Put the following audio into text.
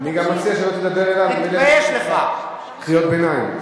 אני גם מציע שלא תדבר אליו, קריאות ביניים.